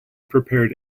prepared